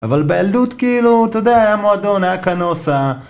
אבל בילדות כאילו, אתה יודע, היה מועדון, היה הקנוסה